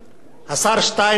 השר שטייניץ,